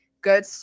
good